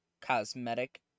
cosmetic